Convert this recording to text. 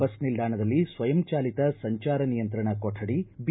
bus ನಿಲ್ದಾಣದಲ್ಲಿ ಸ್ವಯಂಚಾಲಿತ ಸಂಚಾರ ನಿಯಂತ್ರಣ ಕೊರಡಿ ಬಿ